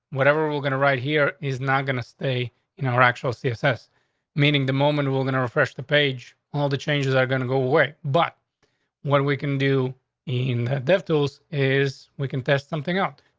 whatever we're we're gonna right here is not going to stay you know, actual css meaning the moment we're gonna refresh the page, all the changes are going to go away. but what we can do in the deft als is we contest something up.